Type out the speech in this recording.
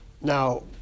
Now